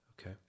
Okay